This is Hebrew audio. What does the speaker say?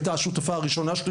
הייתה השותפה הראשונה שלי.